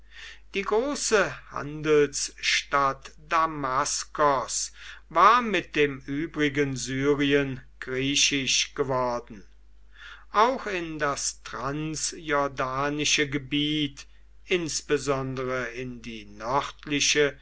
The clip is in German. die große handelsstadt damaskos war mit dem übrigen syrien griechisch geworden auch in das